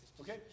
Okay